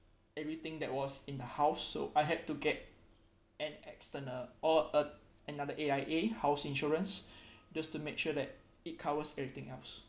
everything that was in the house so I have to get an external or a another aia house insurance just to make sure that it covers everything else